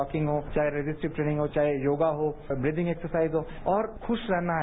walking हो चाहे resisting training हो चाहे योगा हो ब्रिदिंग एक्सरसाइज हो और खुश रहना है